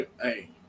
hey